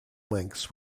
links